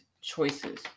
choices